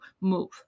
move